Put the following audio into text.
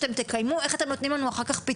שתקיימו איך אתם נותנים לנו פתרונות.